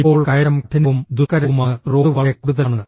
ഇപ്പോൾ കയറ്റം കഠിനവും ദുഷ്കരവുമാണ് റോഡ് വളരെ കൂടുതലാണ്